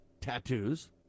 tattoos